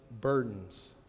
burdens